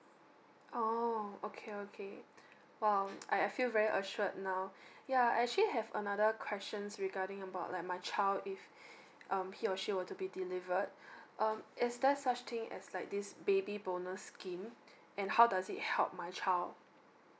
oh okay okay !wow! I I feel very assured now yeah I actually have another questions regarding about like my child if um he or she were to be delivered um is there such thing as like this baby bonus scheme and how does it help my child